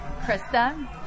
Krista